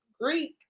greek